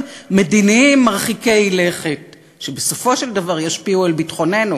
מדיניים מרחיקי לכת שבסופו של דבר ישפיעו על ביטחוננו.